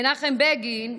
מנחם בגין,